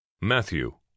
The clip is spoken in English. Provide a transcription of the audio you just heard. Matthew